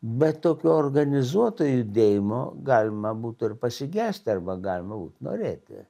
bet tokio organizuoto judėjimo galima būtų ir pasigesti arba galima būt norėti